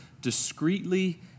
discreetly